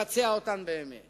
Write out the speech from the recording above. כבוד